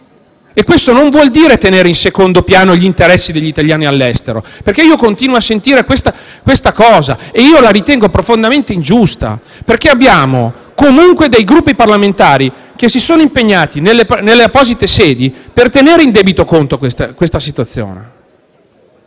E questo non vuol dire tenere in secondo piano gli interessi degli italiani all'estero. Io continuo a sentire questo argomento, che ritengo profondamente ingiusto, perché abbiamo comunque dei Gruppi parlamentari che si sono impegnati nelle apposite sedi per tenere in debito conto questa situazione.